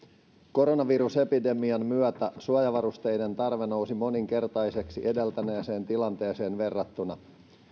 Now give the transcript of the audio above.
koronavirusepidemian myötä suojavarusteiden tarve nousi moninkertaiseksi edeltäneeseen tilanteeseen verrattuna